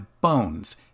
bones